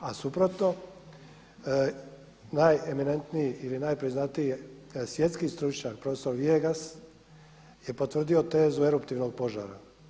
A suprotno, najemanentniji ili najpriznatiji svjetski stručnjak prof. Viegas je potvrdio tezu eruptivnog požara.